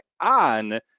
on